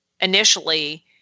initially